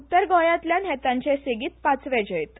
उत्तर गोयातल्यान हे तांचे सेगीत पाचवे जैत